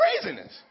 craziness